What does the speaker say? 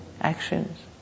actions